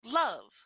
love